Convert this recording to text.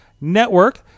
Network